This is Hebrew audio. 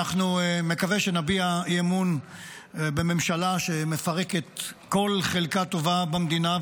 מקווה שנביע אי-אמון בממשלה שמפרקת כל חלקה טובה במדינה,